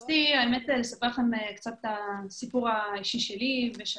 אני אספר לכם את הסיפור האישי שלי ושל